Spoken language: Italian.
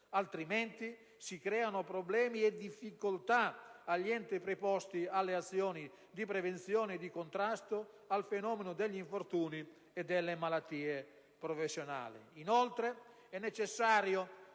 altrimenti si creano problemi e difficoltà agli enti preposti alle azioni di prevenzione e di contrasto al fenomeno degli infortuni e delle malattie professionali.